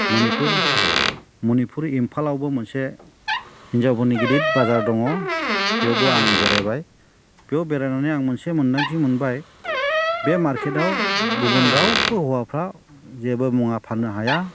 मनिपुर मनिपुर इम्फलावबो मोनसे हिनजावफोरनि गिदिर बाजार दङ बेयावबो आं बेरायबाय बेयाव बेरायनानै आं मोनसे मोनदांथि मोनबाय बे मारकेटआव गुबुन रावबो हौवाफ्रा जेबो मुवा फाननो हाया